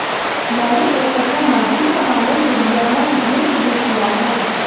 मैंने एक अच्छा मार्जिन कमाने के लिए अपना बिज़नेस शुरू किया है